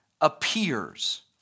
appears